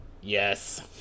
Yes